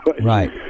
Right